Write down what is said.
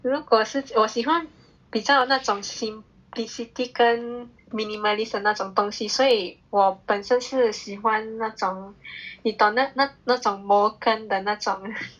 如果是我喜欢比较那种 simplicity 跟 minimalist 那种东西所以我本身是喜欢那种你懂那那种 molden 的那种